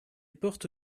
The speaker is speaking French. porte